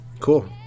Cool